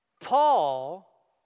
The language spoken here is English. Paul